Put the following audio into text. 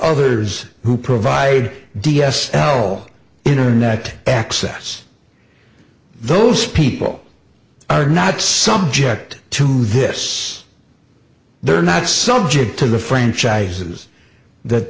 others who provide d s l internet access those people are not subject to this they're not subject to the franchises